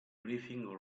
briefing